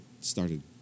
started